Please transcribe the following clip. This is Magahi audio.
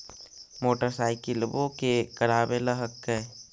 मोटरसाइकिलवो के करावे ल हेकै?